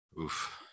oof